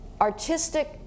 artistic